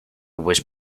was